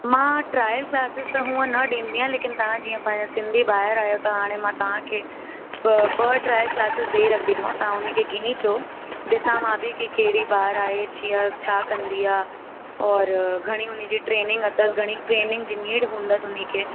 मां trial classes त हुअं न ॾींदी आहियां लेकिन तव्हां जीअं पंहिंजा सिंधी भाउर आहियो त हाणे मां तव्हांखे ॿ ॿ ट्रायल क्लासिस ॾई रखदीमाव तव्हां हुनखे गिनी अचो ॾिसां मां बि की कहिड़ी ॿार आहे जीअं छा कंदी आहे और घणी हुनजी ट्रेनिंग अथस घणी ट्रेनिंग जी नीड हूंदसि हुनखे